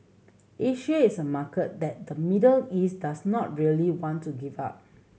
Asia is a market that the Middle East does not really want to give up